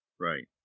Right